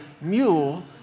mule